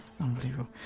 Unbelievable